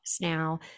now